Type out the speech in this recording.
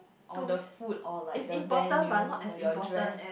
oh the food or like the venue then your dress